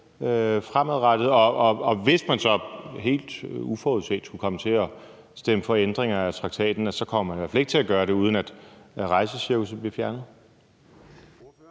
fremadrettet, og at man, hvis man så helt uforudset skulle komme til at stemme for ændringer af traktaten, så i hvert fald ikke kommer til at gøre det, uden at rejsecirkusset bliver fjernet.